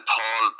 Paul